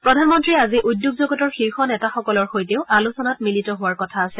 প্ৰধানমন্ত্ৰীয়ে আজি উদ্যোগ জগতৰ শীৰ্ষ নেতাসকলৰ সৈতেও আলোচনাত মিলিত হোৱাৰ কথা আছে